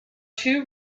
two